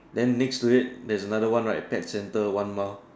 then next to it there's another one right pet center one mile